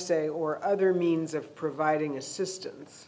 say or other means of providing assistance